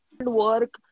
work